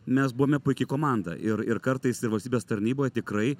mes buvome puiki komanda ir ir kartais tie valstybės tarnyboj tikrai